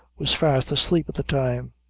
was fast asleep at the time.